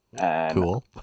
cool